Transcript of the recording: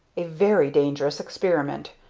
a very dangerous experiment!